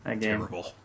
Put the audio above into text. terrible